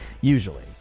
usually